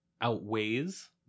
Outweighs